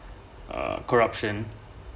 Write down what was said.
uh corruption